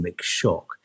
shock